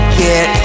get